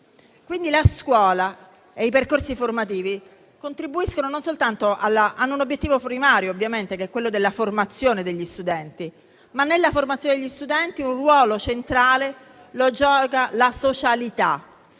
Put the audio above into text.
La scuola e i percorsi formativi hanno un obiettivo primario, ovviamente, che è quello della formazione degli studenti, ma nella formazione degli studenti un ruolo centrale lo giocano la socialità